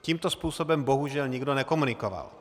Tímto způsobem bohužel nikdo nekomunikoval.